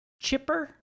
chipper